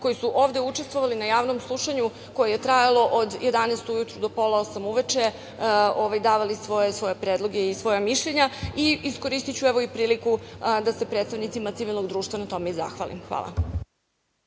koji su ovde učestvovali na javnom slušanju, koje je trajalo od 11 ujutru do pola osam uveče, davali svoje predloge i svoja mišljenja. Iskoristiću priliku da se predstavnicima civilnog društva na tome i zahvalim. Hvala.